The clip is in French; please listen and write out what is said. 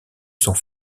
sont